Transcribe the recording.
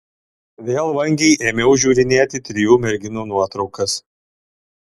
vėl vangiai ėmiau žiūrinėti trijų merginų nuotraukas